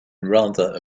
rather